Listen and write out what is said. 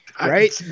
right